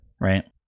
right